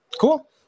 Cool